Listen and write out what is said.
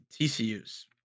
TCU's